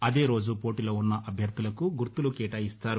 అదే రోజు పోటీలో ఉన్న అభ్యర్థులకు గుర్తులు కేటాయిస్తారు